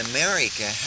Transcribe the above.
America